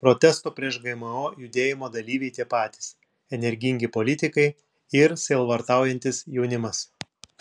protesto prieš gmo judėjimo dalyviai tie patys energingi politikai ir sielvartaujantis jaunimas